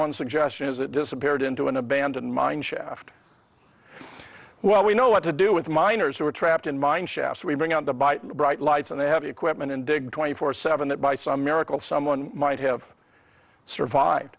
one suggestion is it disappeared into an abandoned mine shaft well we know what to do with the miners who are trapped in mine shaft so we bring out the by bright lights and they have the equipment and dig twenty four seven that by some miracle someone might have survived